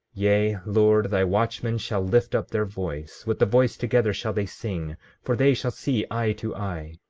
yea, lord, thy watchmen shall lift up their voice with the voice together shall they sing for they shall see eye to eye,